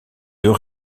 deux